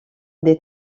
des